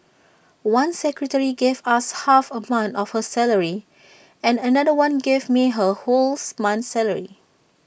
one secretary gave us half A month of her salary and another one gave me her wholes month's salary